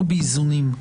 באיזונים,